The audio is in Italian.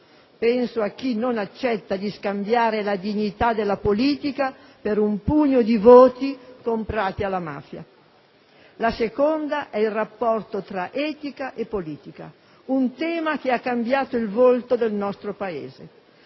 penso a chi non accetta di scambiare la dignità della politica per un pugno di voti comprati alla mafia. La seconda è il rapporto tra etica e politica, un tema che ha cambiato il volto del nostro Paese.